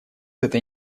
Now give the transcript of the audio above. этой